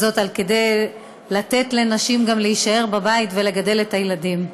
כדי לתת לנשים גם להישאר בבית ולגדל את הילדים.